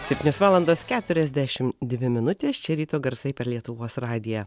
septynios valandos keturiasdešimt dvi minutės čia ryto garsai per lietuvos radiją